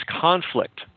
conflict